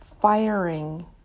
firing